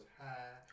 high